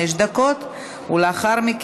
בעד, אין מתנגדים, אין נמנעים.